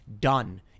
done